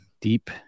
deep